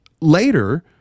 Later